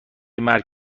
مرگ